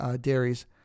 dairies